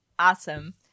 Awesome